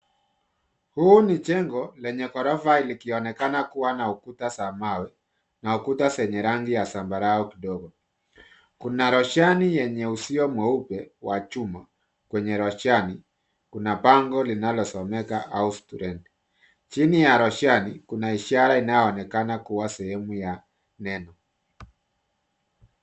Huu ni jengo lenye ghorofa likionekana kuwa na ukuta za mawe na ukuta zenye rangi ya zambarau kidogo. Kuna roshani yenye uzio mweupe, wa chuma. Kwenye roshani kuna bango linalosomeka house to let. Chini ya roshani Kuna ishara inayoonekana kuwa sehemu ya neno.